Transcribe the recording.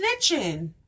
snitching